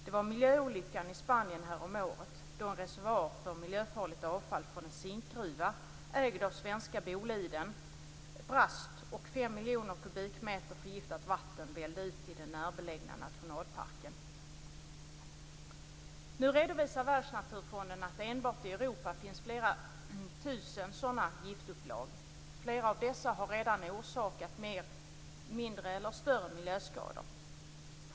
Det gällde miljöolyckan i Spanien häromåret då en reservoar för miljöfarligt avfall från en zinkgruva ägd av svenska Boliden brast och fem miljoner kubikmeter förgiftat vatten vällde ut i den närbelägna nationalparken. Nu redovisar Världsnaturfonden att det enbart i Europa finns flera tusen sådana giftupplag. Flera av dessa har redan orsakat mindre eller större miljöskador.